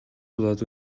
болоод